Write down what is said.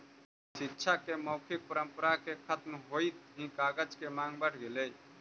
शिक्षा के मौखिक परम्परा के खत्म होइत ही कागज के माँग बढ़ गेलइ